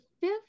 fifth